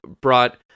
brought